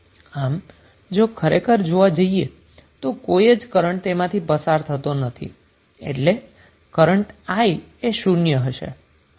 આમ જો ખરેખર જોવા જઈએ તો કોઈ જ કરન્ટ તેમાંથી પસાર થતો નથી એટલે કે કરન્ટ i કે શુન્ય હશે